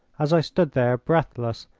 as i stood there, breathless,